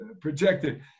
projected